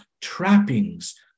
trappings